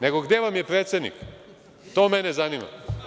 Nego, gde vam je predsednik, to mene zanima.